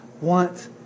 want